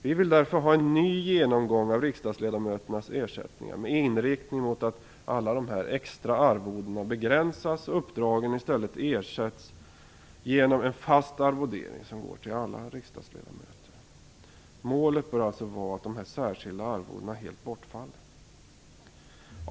Vi vill därför ha en ny genomgång av riksdagsledamöternas ersättningar med inriktning på att alla extra arvoden begränsas och att ersättningen i stället utgörs av en fast arvodering som går till alla riksdagledamöterna. Målet bör alltså vara att de särskilda arvodena helt bortfaller.